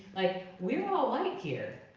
like, we're all white here.